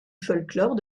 folklore